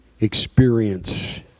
experience